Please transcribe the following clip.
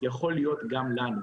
יכול להיות גם לנו.